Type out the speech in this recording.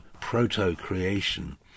proto-creation